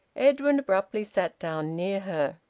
edwin abruptly sat down near her.